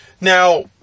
Now